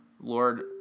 Lord